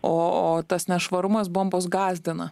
o o tas nešvarumas bombos gąsdina